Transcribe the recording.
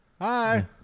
Hi